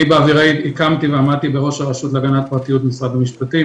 אני בעברי הקמתי ועמדתי בראש הרשות להגנת הפרטיות במשרד המשפטים,